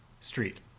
Street